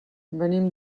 venim